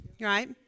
right